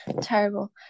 terrible